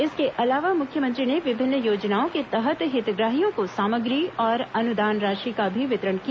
इसके अलावा मुख्यमंत्री ने विभिन्न योजनाओं के तहत हितग्राहियों को सामग्री और अनुदान राशि का भी वितरण किया